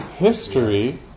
history